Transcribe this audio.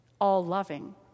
all-loving